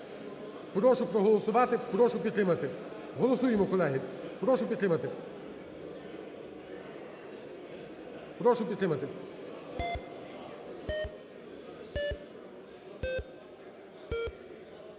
Прошу проголосувати, прошу підтримати. Голосуємо, колеги! Прошу підтримати.